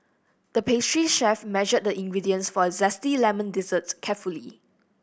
the pastry chef measured the ingredients for a zesty lemon dessert carefully